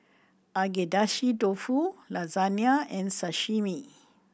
Agedashi Dofu Lasagne and Sashimi